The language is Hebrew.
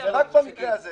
ורק במקרה הזה